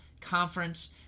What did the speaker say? conference